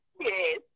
Yes